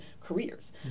careers